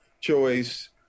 choice